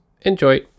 Enjoy